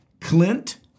Clint